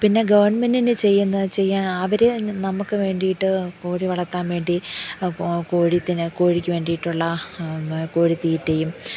പിന്നെ ഗവൺമെൻ്റിൻ്റെ ചെയ്യുമെന്ന് വച്ചു കഴിഞ്ഞാൽ അവർ നമുക്ക് വേണ്ടിയിട്ട് കോഴി വളർത്താൻ വേണ്ടി കോഴിത്തിന് കോഴിക്ക് വേണ്ടിയിട്ടുള്ള കോഴി തീറ്റയും